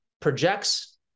projects